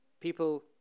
people